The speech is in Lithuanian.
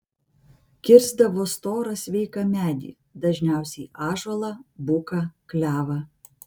kirsdavo storą sveiką medį dažniausiai ąžuolą buką klevą